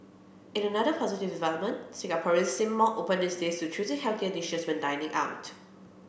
in another positive development Singaporeans seem more open these days to choosing healthier dishes when dining out